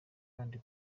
kandi